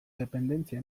dependentzia